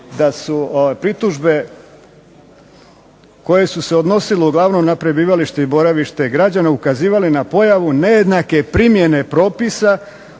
da su pritužbe koje su se odnosile uglavnom na prebivalište i boravište građana ukazivale na pojavu nejednake primjene propisa